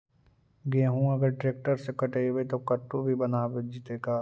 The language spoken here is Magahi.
गेहूं अगर ट्रैक्टर से कटबइबै तब कटु भी बनाबे जितै का?